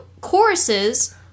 choruses